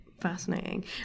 fascinating